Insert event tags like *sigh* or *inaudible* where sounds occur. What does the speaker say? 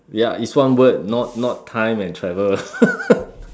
ya it's one word not not time and travel *laughs*